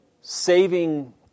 saving